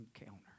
encounter